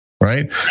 right